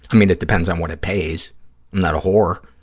i mean, it depends on what it pays. i'm not a whore.